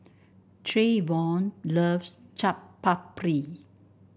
Trayvon loves Chaat Papri